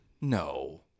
No